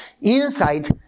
inside